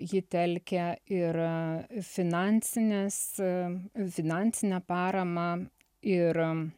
ji telkia ir finansines finansinę paramą ir